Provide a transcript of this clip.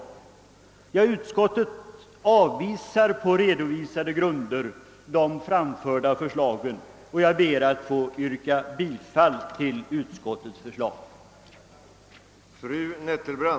På redovisade grunder har utskottet avstyrkt de framförda förslagen, och jag ber, herr talman, att få yrka bifall till utskottets hemställan.